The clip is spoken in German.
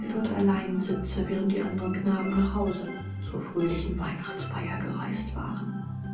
der dort allein sitze während die andern knaben nach hause zur fröhlichen weihnachtsfeier gereist waren